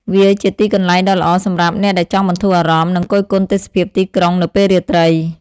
វាជាទីកន្លែងដ៏ល្អសម្រាប់អ្នកដែលចង់បន្ធូរអារម្មណ៍ និងគយគន់ទេសភាពទីក្រុងនៅពេលរាត្រី។